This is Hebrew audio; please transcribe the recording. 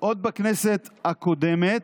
עוד בכנסת הקודמת,